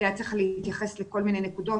היה צריך להתייחס לכל מיני נקודות,